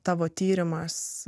tavo tyrimas